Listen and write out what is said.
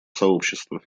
сообщества